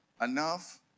enough